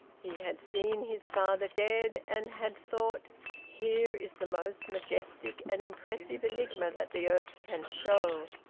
he had seen his father dead, and had thought here is the most majestic and impressive enigma that the earth can show!